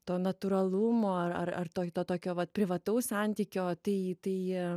to natūralumo ar ar toj tokia vat privataus santykio tai tai